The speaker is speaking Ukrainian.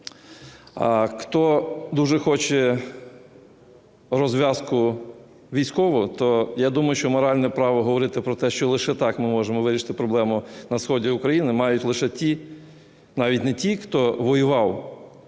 хто дуже хоче розв'язку військову, то я думаю, що моральне право говорити про те, що лише так ми можемо вирішити проблему на сході України, мають лише ті, навіть не ті, хто воював